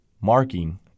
marking